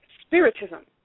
Spiritism